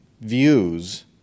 views